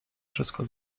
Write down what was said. wszystko